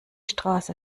straße